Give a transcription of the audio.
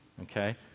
okay